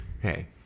Hey